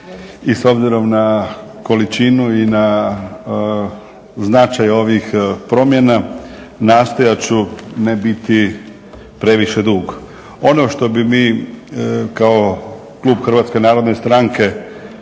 i s obzirom na količinu i na značaj ovih promjena nastojati ću ne biti previše dug. Ono što bi mi kao Klub Hrvatske narodne stranke